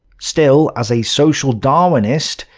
still, as a social darwinist,